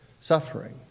suffering